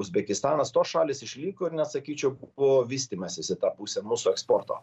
uzbekistanas tos šalys išliko ir net sakyčiau buvo vystymasis į tą pusę mūsų eksporto